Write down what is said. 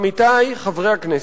עמיתי חברי הכנסת,